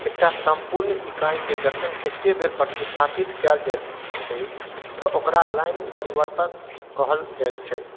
एकटा सम्पूर्ण इकाईकेँ जखन एके बेर प्रतिस्थापित कयल जायत छैक तऽ ओकरा लाइन परिवर्तक कहल जायत छैक